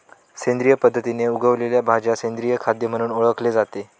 सेंद्रिय पद्धतीने उगवलेल्या भाज्या सेंद्रिय खाद्य म्हणून ओळखले जाते